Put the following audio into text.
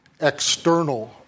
external